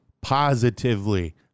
positively